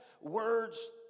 words